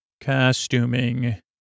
costuming